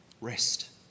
Rest